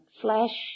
flesh